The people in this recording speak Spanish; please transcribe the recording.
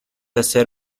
hacer